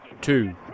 two